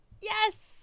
Yes